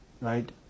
Right